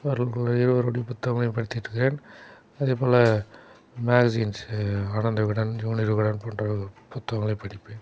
இவர்கள் இருவருடைய புத்தகமும் படித்திட்டிருக்கேன் அதேப் போல் மேகசீன்ஸு ஆனந்த விகடன் ஜூனியர் விகடன் போன்ற புத்தகங்களைப் படிப்பேன்